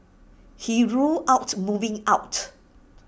he ruled out moving out